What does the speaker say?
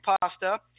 pasta